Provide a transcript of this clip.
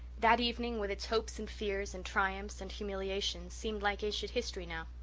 that evening, with its hopes and fears and triumphs and humiliations, seemed like ancient history now.